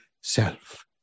self